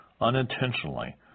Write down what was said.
unintentionally